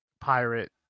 Pirate